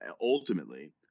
ultimately